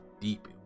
deep